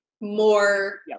more